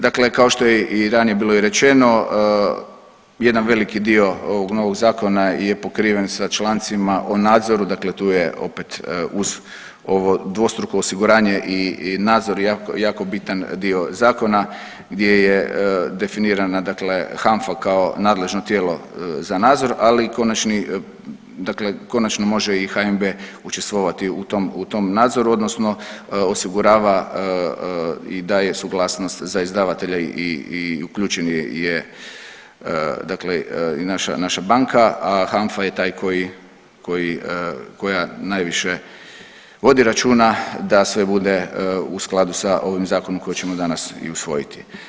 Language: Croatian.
Dakle, kao što je i ranije bilo rečeno jedan veliki dio ovog novog zakona je pokriven sa člancima o nadzoru, dakle tu je opet uz ovo dvostruko osiguranje i nadzor jako bitan dio zakona gdje je definirana, dakle HANFA kao nadležno tijelo za nadzor ali konačno može i HNB učestvovati u tom nadzoru, odnosno osigurava i daje suglasnost za izdavatelje i uključena je naša banka, a HANFA je ta koja najviše vodi računa da sve bude u skladu sa ovim zakonom koji ćemo danas i usvojiti.